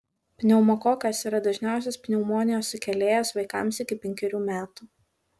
pneumokokas yra dažniausias pneumonijos sukėlėjas vaikams iki penkerių metų